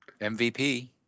MVP